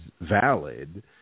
valid